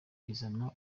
izana